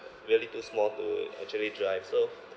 really too small to actually drive so